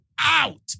Out